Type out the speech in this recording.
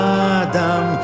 adam